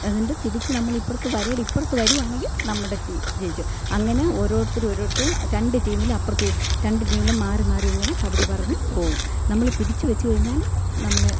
എന്നിട്ട് തിരിച്ച് നമ്മള് ഇപ്പുറത്ത് വരയുടെ ഇപ്പുറത്ത് വരുവാണെങ്കിൽ നമ്മുടെ ടീം ജയിച്ചു അങ്ങനെ ഓരോരുത്തരും ഓരോരുത്തരും രണ്ട് ടീമിലും അപ്പുറത്തും രണ്ട് ടീമിലും മാറിമാറി ഇങ്ങനെ കബടി പറഞ്ഞു പോകും നമ്മളെ പിടിച്ചു വെച്ചുകഴിഞ്ഞാല് നമ്മളെ